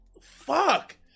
fuck